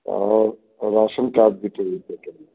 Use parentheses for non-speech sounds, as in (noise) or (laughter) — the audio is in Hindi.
और राशन कार्ड भी चाहिए (unintelligible)